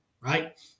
right